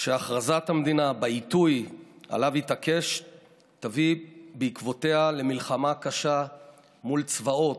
שהכרזת המדינה במועד שעליו התעקש תביא בעקבותיה למלחמה קשה מול צבאות,